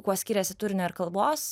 kuo skiriasi turinio ir kalbos